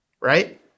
right